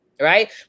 right